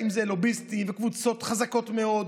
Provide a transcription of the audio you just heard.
אם זה לוביסטים וקבוצות חזקות מאוד,